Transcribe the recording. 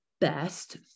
best